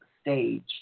stage